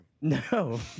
No